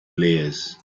layers